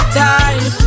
time